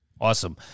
Awesome